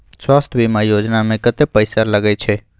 स्वास्थ बीमा योजना में कत्ते पैसा लगय छै?